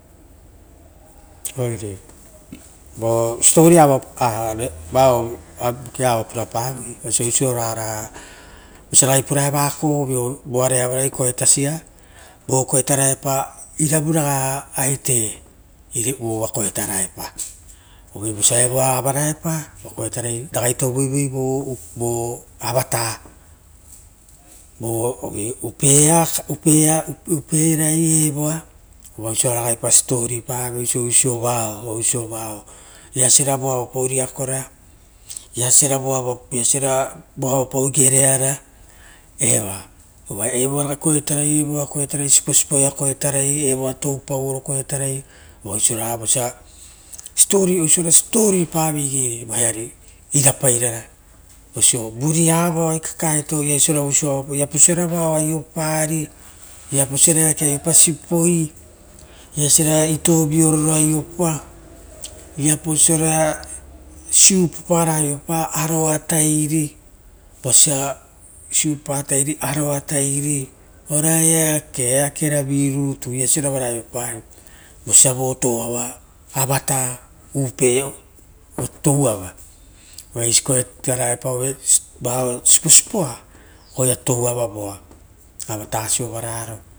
Oire siposipoa vaia oa purapavoi vosa ragai koetapieva o ko vosia vore avaraepa eravuraga aite vo uva koetara e pa oire vosia evoa avaraepa uva ragai tovoivoi vo avata, vo uperai evoa uvu osa ragaipa siposipo pareve oisi, oisio vaoia, viapasora voavapau nakora, viapa siora vo avapau gereara eva toupaovo koetana, koetara osora siposipopaive igei pa irapairara oiso vuriava kakaeto viapasora oisio avapau, viausora vao aiopari viapasora eake aiopari sipoi, visiara itoo viorovu aiopaa, viapasora siupupara aio pa amatari vosa siupupate amatari ora eakerovi rutu veasiova vara aiopari, vosia votouava avata upe touava ova eisi koetarae a voo siposipo a oaia touavavoa.